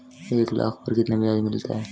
एक लाख पर कितना ब्याज मिलता है?